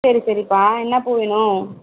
சரி சரிப்பா என்ன பூ வேணும்